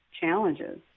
challenges